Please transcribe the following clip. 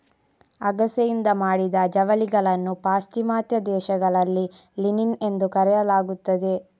ಅಗಸೆಯಿಂದ ಮಾಡಿದ ಜವಳಿಗಳನ್ನು ಪಾಶ್ಚಿಮಾತ್ಯ ದೇಶಗಳಲ್ಲಿ ಲಿನಿನ್ ಎಂದು ಕರೆಯಲಾಗುತ್ತದೆ